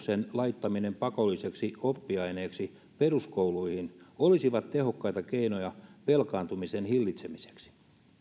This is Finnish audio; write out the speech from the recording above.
laittaminen pakolliseksi oppiaineeksi peruskouluihin olisivat tehokkaita keinoja velkaantumisen hillitsemiseksi